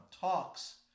talks